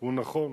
הוא נכון.